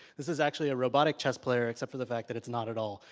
this is actually a robotic chess player, except for the fact that it's not at all.